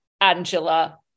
Angela